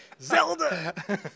Zelda